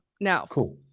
now